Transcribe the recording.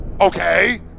Okay